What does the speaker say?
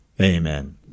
amen